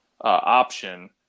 option